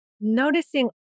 noticing